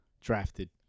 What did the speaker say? drafted